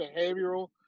behavioral